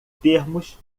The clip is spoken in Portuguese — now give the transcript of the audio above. termos